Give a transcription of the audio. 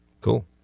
Cool